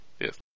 Yes